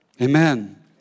Amen